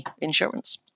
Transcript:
insurance